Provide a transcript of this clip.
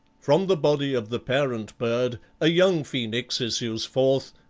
from the body of the parent bird, a young phoenix issues forth,